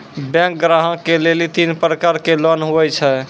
Bank ग्राहक के लेली तीन प्रकर के लोन हुए छै?